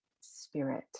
spirit